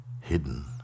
hidden